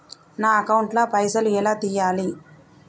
నా అకౌంట్ ల పైసల్ ఎలా తీయాలి?